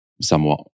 somewhat